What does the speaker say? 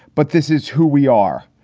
but this is who we are.